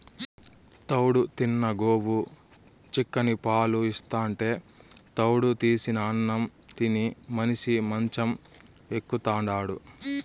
తౌడు తిన్న గోవు చిక్కని పాలు ఇస్తాంటే తౌడు తీసిన అన్నం తిని మనిషి మంచం ఎక్కుతాండాడు